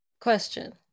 question